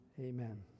Amen